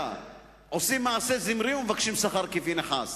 עושים מעשה זמרי ומבקשים שכר כפנחס.